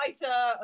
Fighter